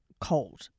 cold